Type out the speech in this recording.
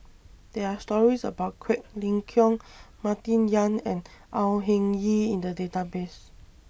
There Are stories about Quek Ling Kiong Martin Yan and Au Hing Yee in The Database